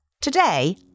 Today